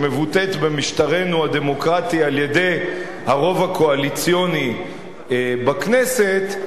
שמבוטאת במשטרנו הדמוקרטי על-ידי הרוב הקואליציוני בכנסת,